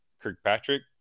Kirkpatrick